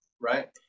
right